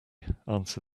answered